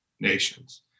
nations